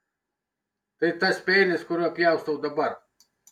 tai tas peilis kuriuo pjaustau dabar